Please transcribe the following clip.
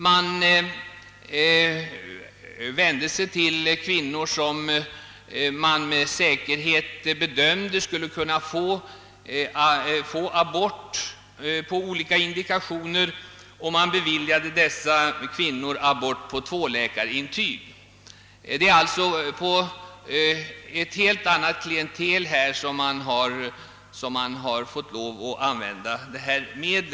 Man vände sig till kvinnor, som man med säkerhet bedömde skulle få abort på olika indikationer, och man beviljade dem abort på tvåläkarintyg. Det är alltså på ett helt annat klientel än det nu avsedda som man har fått lov att använda dessa medel.